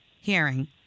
Hearing